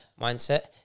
mindset